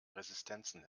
resistenzen